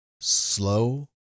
slow